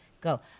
go